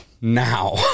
now